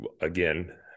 again